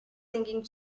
thinking